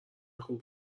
خوب